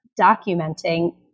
documenting